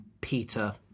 Peter